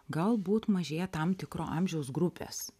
galbūt mažėja tam tikro amžiaus grupės